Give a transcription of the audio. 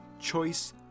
choice